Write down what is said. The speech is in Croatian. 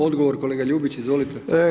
Odgovor kolega Ljubić, izvolite.